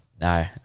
no